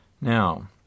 Now